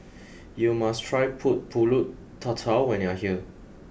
you must try put Pulut Tatal when you are here